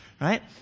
right